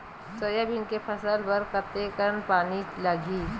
Soybean के फसल बर कतेक कन पानी लगही?